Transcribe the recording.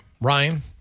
ryan